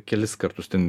kelis kartus ten